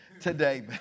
Today